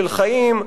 של חיים,